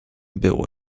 było